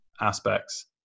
aspects